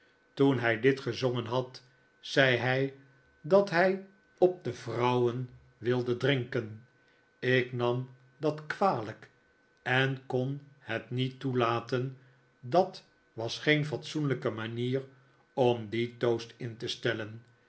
toen hij dit gezongen had zei hij dat hij op de vrouwen wilde drinken ik nam dat kwalijk en kon het niet toelaten dat was geen fatsoenlijke manier om dien toast in te stellen